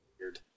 weird